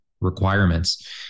requirements